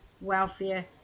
welfare